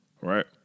right